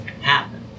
happen